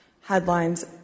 headlines